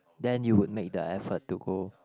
then you would make the effort to go